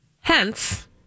Hence